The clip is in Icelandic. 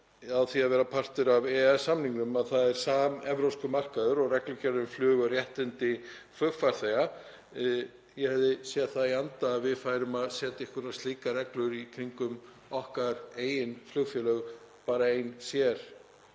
því að vera partur af EES-samningnum því að það er samevrópskur markaður og reglugerðir um flug og réttindi flugfarþega. Ég hefði séð það í anda að við færum að setja einhverjar slíkar reglur í kringum okkar eigin flugfélög bara ein og sér.